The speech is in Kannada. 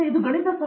ಪ್ರೊಫೆಸರ್